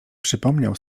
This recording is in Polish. przypomniał